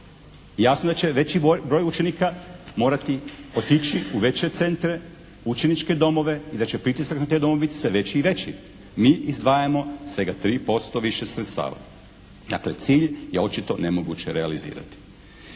Jasno da će veći broj učenika morati otići u veće centre, učeničke domove i da će pritisak na te domove biti sve veći i veći. Mi izdvajamo svega 3% više sredstava. Dakle cilj je očito nemoguće realizirati.